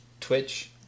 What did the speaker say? twitch